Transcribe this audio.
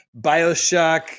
Bioshock